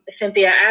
cynthia